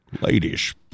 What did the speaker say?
Ladies